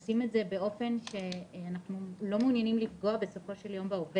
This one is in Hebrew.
אנחנו עושים את זה באופן שלא יפגע בעובד בסופו של דבר.